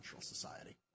society